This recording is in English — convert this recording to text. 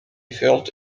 felt